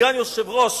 סגן יושב-ראש